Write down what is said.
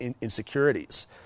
insecurities